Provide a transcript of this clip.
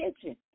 kitchen